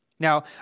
Now